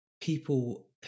people